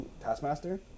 Taskmaster